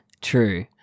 True